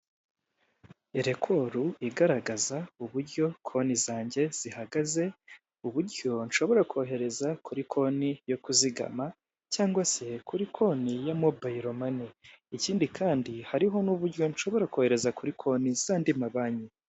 Elekuru igaragaza uburyo konti zanjye zihagaze uburyo nshobora kohereza kuri konti yo kuzigama cyangwa se kuri konti ya mobayiro mani. Ikindi kandi hariho n'uburyo nshobora kohereza kuri konti z'andi mabanki.